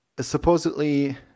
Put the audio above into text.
supposedly